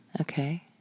Okay